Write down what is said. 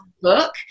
book